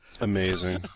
Amazing